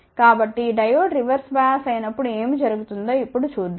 కాబట్టి diode reverse bias అయినప్పుడు ఏమి జరుగుతుందో ఇప్పుడు చూద్దాం